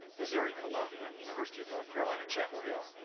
missouri columbia, and the university of north carolina chapel hill.